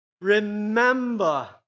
remember